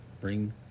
bring